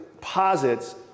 posits